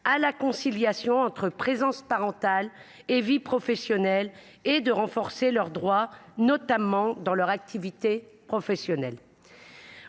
à la conciliation entre présence parentale et vie professionnelle et de renforcer leurs droits, notamment au travail. En portant la